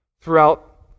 throughout